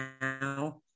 now